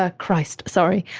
ah christ. sorry.